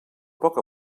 poc